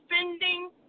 spending